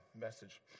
message